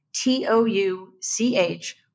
T-O-U-C-H